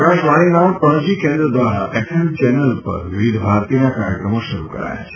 આકાશવાણીના પણજી કેન્દ્ર દ્વારા એફએમ ચેનલ પર વિવિધ ભારતીના કાર્યક્રમો શરૂ કરાયા છે